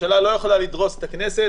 הממשלה לא יכולה לדרוס את הכנסת,